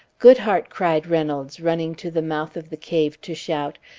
goodhart, cried reynolds, running to the mouth of the cave to shout,